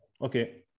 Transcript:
Okay